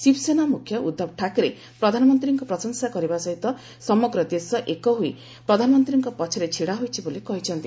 ଶିବସେନା ମୁଖ୍ୟ ଉଦ୍ଧବ ଠାକରେ ପ୍ରଧାନମନ୍ତ୍ରୀଙ୍କ ପ୍ରଶଂସା କରିବା ସହିତ ସମଗ୍ର ଦେଶ ଏକ ହୋଇ ପ୍ରଧାନମନ୍ତ୍ରୀଙ୍କ ପଛରେ ଛିଡାହୋଇଛି ବୋଲି କହିଛନ୍ତି